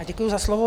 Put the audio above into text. Děkuji za slovo.